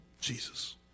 Jesus